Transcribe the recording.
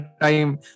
Time